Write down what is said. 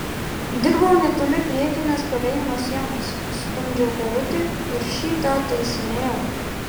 dirbau netoli priekinės kalėjimo sienos stumdžiau karutį ir šį tą taisinėjau